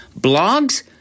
Blogs